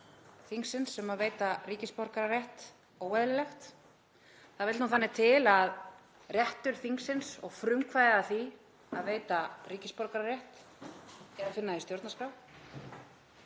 þingsins við að veita ríkisborgararétt óeðlilegt. Það vill nú þannig til að réttur þingsins og frumkvæði að því að veita ríkisborgararétt er að finna í stjórnarskrá.